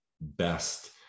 best